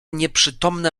nieprzytomne